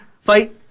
fight